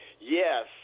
yes